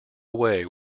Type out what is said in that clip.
away